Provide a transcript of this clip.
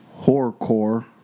horrorcore